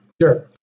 Sure